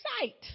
sight